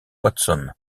watson